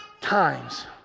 times